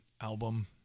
album